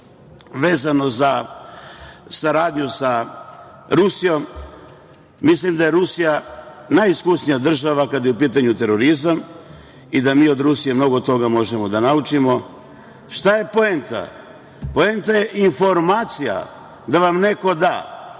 vezano za saradnju sa Rusijom, mislim da je Rusija najiskusnija država kada je u pitanju terorizam i da mi od Rusije mnogo toga možemo da naučimo. Šta je poenta? Poenta je informacija, da vam neko da,